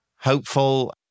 hopeful